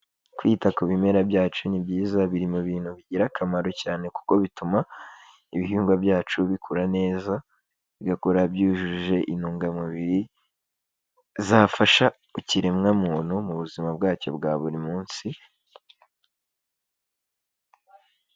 Kwita ku bimera byacu ni byiza biri mu bintu bigira akamaro cyane kuko bituma, ibihingwa byacu bikura neza, bigakora byujuje intungamubiri, zafasha ikiremwa muntu mu buzima bwacyo bwa buri munsi.